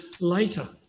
later